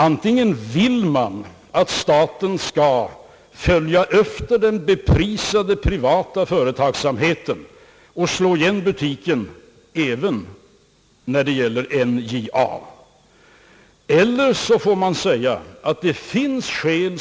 Antingen vill man att staten skall följa efter den beprisade privata företagsamheten och slå igen butiken, även när det gäller NJA, eiler också får man säga att det finns skäl